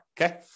Okay